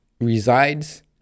resides